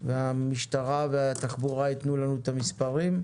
והמשטרה והתחבורה ייתנו לנו את המספרים,